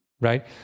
right